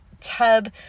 tub